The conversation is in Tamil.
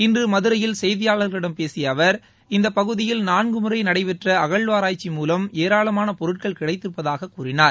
இன்று மதுரையில் செய்தியாளர்களிடம் பேசிய அவர் இந்த பகுதியில் நான்கு முறை நடைபெற்ற அகழாராய்ச்சி மூவம் ஏராளமான பொருட்கள் கிடைத்திருப்பதாகக் கூறினார்